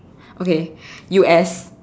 okay U_S